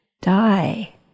die